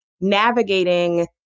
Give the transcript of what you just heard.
navigating